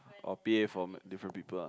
or p_a from different people ah